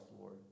Lord